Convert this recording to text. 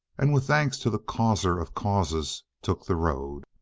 and, with thanks to the causer of causes, took the road.